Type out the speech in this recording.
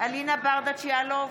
אלינה ברדץ' יאלוב,